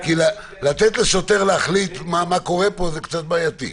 כי לתת לשוטר להחליט מה קורה פה זה קצת בעייתי.